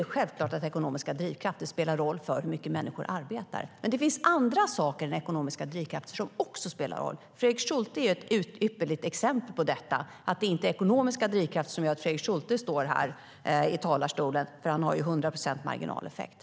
Det är självklart att ekonomiska drivkrafter spelar roll för hur mycket människor arbetar. Men det finns andra saker än ekonomiska drivkrafter som också spelar roll. Fredrik Schulte är ett ypperligt exempel på detta. Det är inte ekonomiska drivkrafter som gör att Fredrik Schulte står här i talarstolen, för han har ju 100 procents marginaleffekt.